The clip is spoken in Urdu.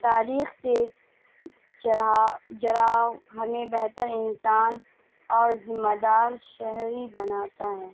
تاریخ سے جراؤ ہمیں بہتر انسان اور ذمہ دار شہری بناتا ہے